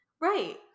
Right